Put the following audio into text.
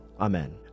Amen